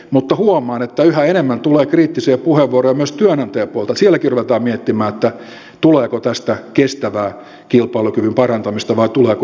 mutta huomaan että yhä enemmän tulee kriittisiä puheenvuoroja myös työnantajapuolelta että sielläkin ruvetaan miettimään tuleeko tästä kestävää kilpailukyvyn parantamista vai tuleeko suuri sotku